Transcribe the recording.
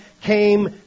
came